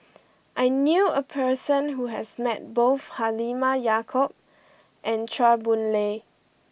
I knew a person who has met both Halimah Yacob and Chua Boon Lay